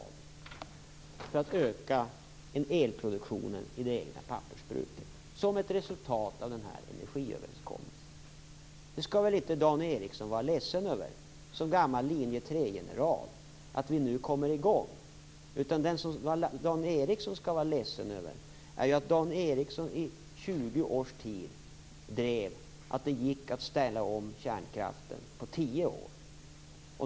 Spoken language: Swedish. Detta är för att öka elproduktionen i det egna pappersbruket. Det är ett resultat av energiöverenskommelsen. Nu skall väl Dan Ericsson, som gammal linje 3 general, inte vara ledsen för att vi nu kommer i gång. Dan Ericsson skall vara ledsen över att han i 20 års tid drev att det gick att ställa om kärnkraften på tio år.